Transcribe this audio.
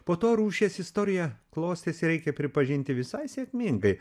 po to rūšies istorija klostėsi reikia pripažinti visai sėkmingai